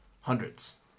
Hundreds